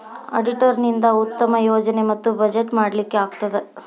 auditor ನಿಂದಾ ಉತ್ತಮ ಯೋಜನೆ ಮತ್ತ ಬಜೆಟ್ ಮಾಡ್ಲಿಕ್ಕೆ ಆಗ್ತದ